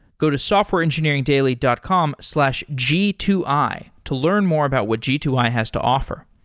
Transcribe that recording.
go to softwareengineeringdaily dot com slash g two i to learn more about what g two i has to offer.